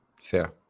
Fair